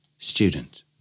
Student